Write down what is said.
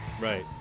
right